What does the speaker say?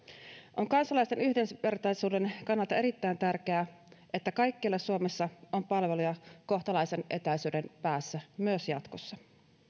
on kansalaisten yhdenvertaisuuden kannalta erittäin tärkeää että kaikkialla suomessa on palveluja kohtalaisen etäisyyden päässä myös jatkossa